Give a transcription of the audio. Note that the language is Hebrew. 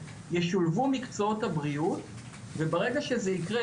ישולבו מקצועות הבריאות וברגע שזה ייקרה,